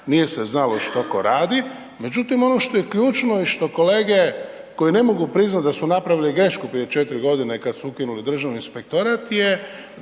nije se znalo što tko radi, međutim ono što je ključno je što kolege koji ne mogu priznati da su napravili grešku prije četiri godine kad su ukinuli Državni inspektorat je